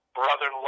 brother